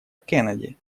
кеннеди